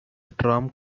storm